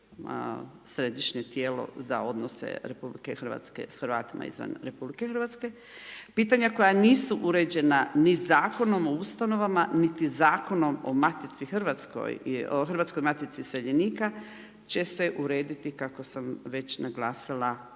središnje tijelo za odnose RH s Hrvatima izvan RH, pitanja koja nisu uređena ni Zakonom o ustanovama, niti Zakonom o matici Hrvatskoj, Hrvatskoj matici iseljenika, će se urediti kako sam već naglasila